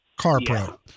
carpro